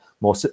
more